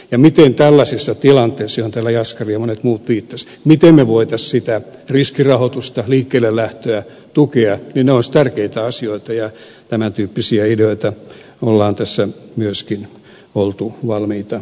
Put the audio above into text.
ja ne kysymykset miten tällaisissa tilanteissa joihin täällä jaskari ja monet muut viittasivat me voisimme sitä riskirahoitusta liikkeellelähtöä tukea olisivat tärkeitä asioita ja tämän tyyppisiä ideoita on tässä myöskin oltu valmiita miettimään